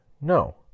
no